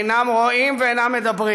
אינם רואים ואינם מדברים.